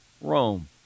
Rome